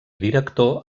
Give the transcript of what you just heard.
director